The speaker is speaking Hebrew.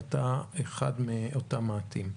ואתה אחד מאותם מעטים.